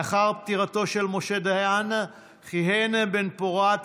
לאחר פטירתו של משה דיין כיהן בן-פורת